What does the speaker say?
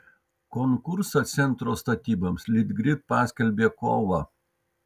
konkursą centro statyboms litgrid paskelbė kovą